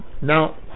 Now